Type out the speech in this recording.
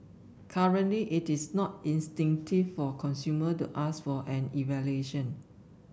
currently it is not instinctive for consumer to ask for an evaluation